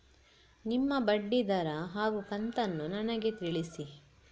ನಿಮ್ಮ ಬಡ್ಡಿದರ ಹಾಗೂ ಕಂತನ್ನು ನನಗೆ ತಿಳಿಸಿ?